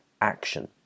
action